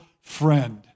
friend